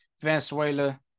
Venezuela